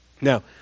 Now